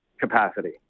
capacity